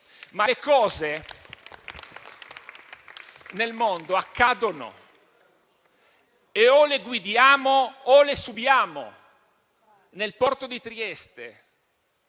ma le cose nel mondo accadono e o le guidiamo o le subiamo. Nel porto di Trieste